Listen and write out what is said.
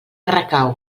recau